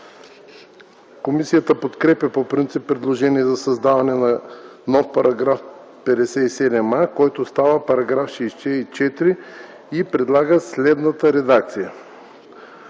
Комисията подкрепя по принцип предложението за създаване на нов § 57а, който става § 64, и предлага следната редакция: